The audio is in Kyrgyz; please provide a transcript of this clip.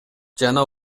жана